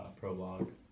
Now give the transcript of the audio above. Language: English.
prologue